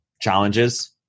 challenges